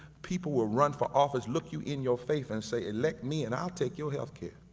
people will run for office, look you in your face, and say, elect me and i'll take your healthcare.